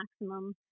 maximum